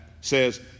says